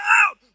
out